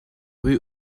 rue